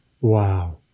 Wow